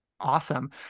Awesome